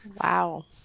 Wow